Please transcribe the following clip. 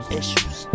issues